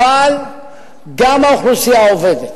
אבל גם האוכלוסייה העובדת.